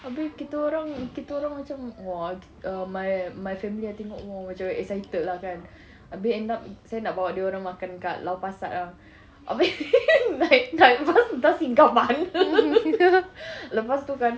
habis kita orang kita orang macam !wah! my err my family lah tengok !wah! macam excited lah kan habis end up saya nak bawa dia orang makan dekat lau pa sat [tau] habis naik naik bas bas singgah mana lepas tu kan